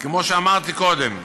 כמו שאמרתי קודם,